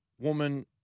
woman